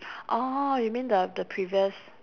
orh you mean the the previous